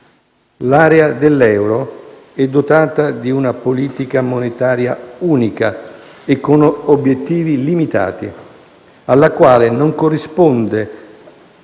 L'area dell'euro è dotata di una politica monetaria unica e con obiettivi limitati, alla quale non corrisponde